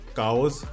cows